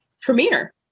premiere